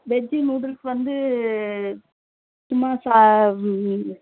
veg noodles வந்து சும்மா சா